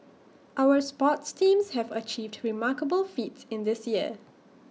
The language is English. our sports teams have achieved remarkable feats in this year